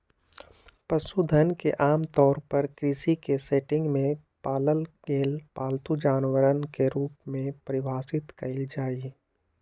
पशुधन के आमतौर पर कृषि सेटिंग में पालल गेल पालतू जानवरवन के रूप में परिभाषित कइल जाहई